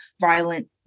violent